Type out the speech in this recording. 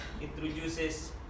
introduces